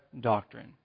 doctrine